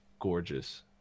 gorgeous